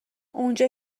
اونجا